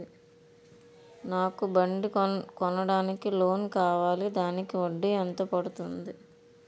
నాకు బండి కొనడానికి లోన్ కావాలిదానికి వడ్డీ ఎంత పడుతుంది?